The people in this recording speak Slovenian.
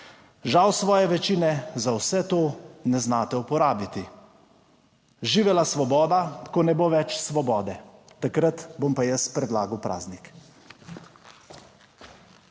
Žal svoje večine za vse to ne znate uporabiti. Živela svoboda! Ko ne bo več svobode, takrat bom pa jaz predlagal praznik.